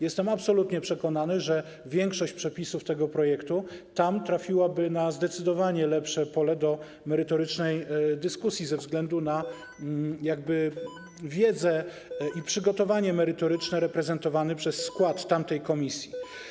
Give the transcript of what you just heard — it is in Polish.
Jestem absolutnie przekonany, że większość przepisów tego projektu trafiłaby tam na zdecydowanie lepsze pole do merytorycznej dyskusji ze względu na wiedzę i przygotowanie merytoryczne reprezentowane przez skład tamtej komisji.